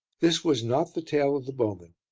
this was not the tale of the bowmen.